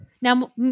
now